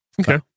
Okay